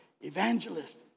evangelist